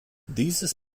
dieses